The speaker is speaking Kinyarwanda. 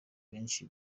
benshi